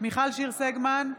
מיכל שיר סגמן,